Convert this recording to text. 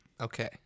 Okay